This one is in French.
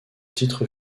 titre